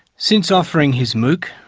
since offering his mooc,